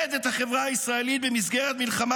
לבודד את החברה הישראלית במסגרת מלחמה